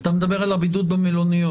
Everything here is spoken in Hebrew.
אתה מדבר על הבידוד במלוניות?